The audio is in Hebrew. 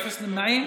אפס נמנעים.